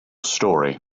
story